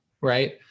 Right